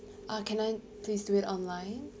ah can I please do it online